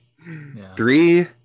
Three